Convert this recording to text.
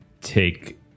take